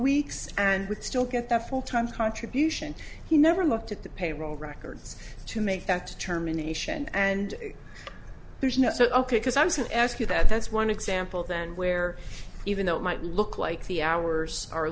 weeks and would still get the full time contribution he never looked at the payroll records to make that determination and so ok because i wasn't ask you that that's one example then where even though it might look like the hours are